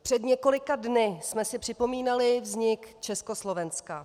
Před několika dny jsme si připomínali vznik Československa.